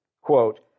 Quote